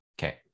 Okay